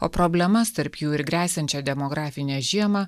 o problemas tarp jų ir gresiančią demografinę žiemą